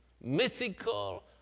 mythical